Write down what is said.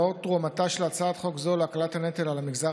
לאור תרומתה של הצעת חוק זו להקלת הנטל על המגזר